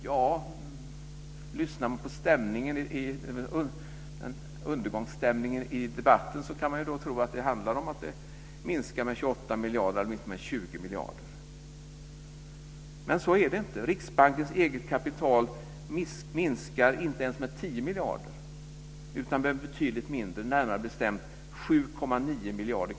Ja, lyssnar man på undergångsstämningen i debatten kan man tro att det handlar om att det minskar med 28 miljarder, åtminstone med 20 miljarder. Men så är det inte. Riksbankens eget kapital minskar inte ens med 10 miljarder, utan betydligt mindre, närmare bestämt 7,9 miljarder.